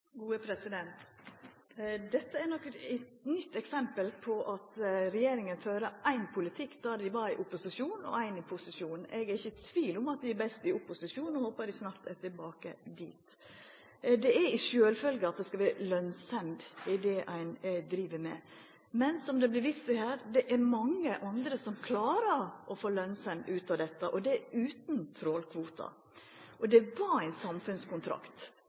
Dette er nok eitt nytt eksempel på at regjeringa førte ein politikk da dei var i opposisjon og ein annan i posisjon. Eg er ikkje i tvil om dei er best i opposisjon og håpar dei snart dett tilbake dit. Det er ei sjølvfølgje at det skal vera lønsemd i det ein driv med, men, som det har vorte vist til her, det er mange andre som klarar å få lønsemd i dette – utan trålkvotar. Det var ein samfunnskontrakt til eit spesielt lokalsamfunn, der ein fekk kvotar mot å ha ein